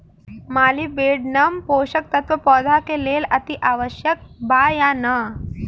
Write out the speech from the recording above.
Molybdenum पोषक तत्व पौधा के लेल अतिआवश्यक बा या न?